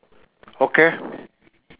okay